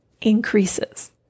increases